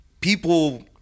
People